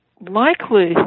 likely